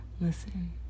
Listen